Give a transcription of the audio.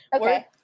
okay